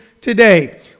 today